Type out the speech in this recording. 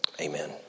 Amen